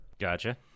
Gotcha